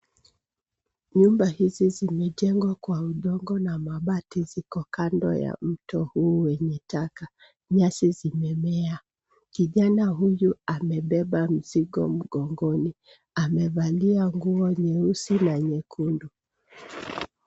Nyumba hizi zimejengwa kwa udongo na mabati ziko kando ya mto huu wenye taka. Nyasi zimemea. Kijana huyu amebeba mzigo mgongoni amevalia nguo nyeusi na nyekundu.